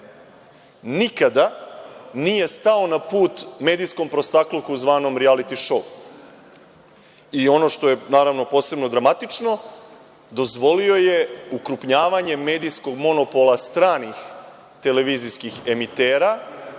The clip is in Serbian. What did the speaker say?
Nikada nije stao na put medijskom prostakluku zvanom rijaliti šou. Ono što je, naravno, posebno dramatično, dozvolio je ukrupnjavanje medijskog monopola stranih televizijskih emitera